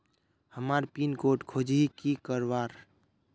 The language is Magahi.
हमार पिन कोड खोजोही की करवार?